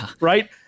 Right